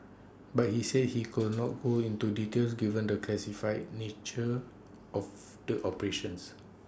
but he said he could not go into details given the classified nature of the operations